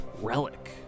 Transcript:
relic